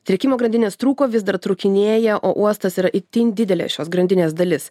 tiekimo grandinės trūko vis dar trūkinėja o uostas yra itin didelė šios grandinės dalis